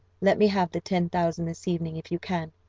let me have the ten thousand this evening, if you can,